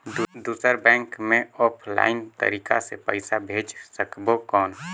दुसर बैंक मे ऑफलाइन तरीका से पइसा भेज सकबो कौन?